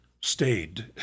stayed